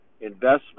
investment